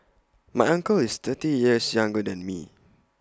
my uncle is thirty years younger than me